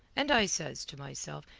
and i says to myself,